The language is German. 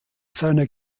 seiner